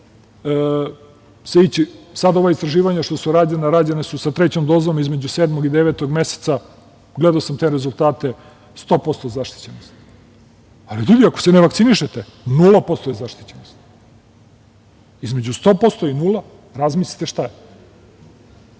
Sada ova istraživanja što su rađena, rađena su sa trećom dozom između sedmog i devetog meseca. Gledao sam te rezultate 100% zaštićenost. Ali, ljudi ako se ne vakcinišete nula posto je zaštićenost. Između 100% i nula, razmislite šta je.